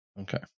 Okay